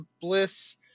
Bliss